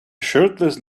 shirtless